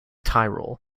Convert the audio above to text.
tyrol